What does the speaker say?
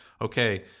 okay